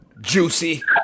Juicy